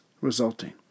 resulting